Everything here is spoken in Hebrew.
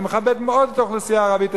אני מכבד מאוד את האוכלוסייה הערבית,